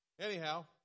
Anyhow